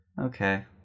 okay